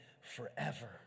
forever